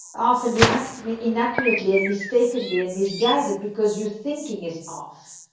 often you act inaccurately and mistakenly and misguided because your thinking is off.